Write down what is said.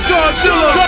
Godzilla